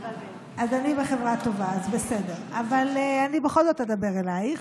כי אני רוצה לדבר במיוחד אלייך.